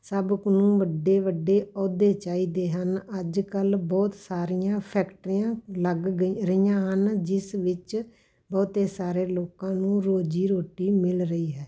ਸਭ ਇੱਕ ਨੂੰ ਵੱਡੇ ਵੱਡੇ ਅਹੁਦੇ ਚਾਹੀਦੇ ਹਨ ਅੱਜ ਕੱਲ੍ਹ ਬਹੁਤ ਸਾਰੀਆਂ ਫੈਕਟਰੀਆਂ ਲੱਗ ਗਈ ਰਹੀਆਂ ਹਨ ਜਿਸ ਵਿੱਚ ਬਹੁਤੇ ਸਾਰੇ ਲੋਕਾਂ ਨੂੰ ਰੋਜ਼ੀ ਰੋਟੀ ਮਿਲ ਰਹੀ ਹੈ